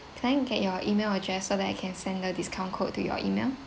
could I get your email address so that I can send a discount code to your email